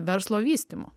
verslo vystymo